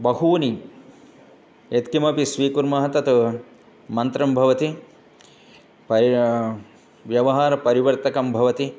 बहूनि यत्किमपि स्वीकुर्मः तत् मन्त्रं भवति वय् व्यवहारपरिवर्तकं भवति